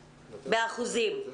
באחוזים.